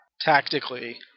tactically